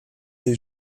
est